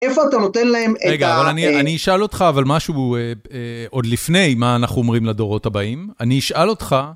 איפה אתה נותן להם את ה... רגע, אני אשאל אותך, אבל משהו עוד לפני מה אנחנו אומרים לדורות הבאים. אני אשאל אותך...